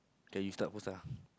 okay you start first ah